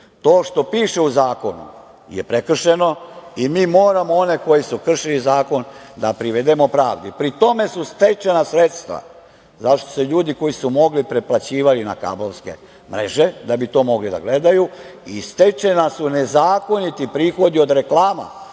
što piše u zakonu je prekršeno i mi moramo one koji su kršili zakon da privedemo pravdi. Pri tome su stečena sredstva, zato što su se ljudi koji su mogli preplaćivali na kablovske mreže da bi to mogli da gledaju i stečeni su nezakoniti prihodi od reklama,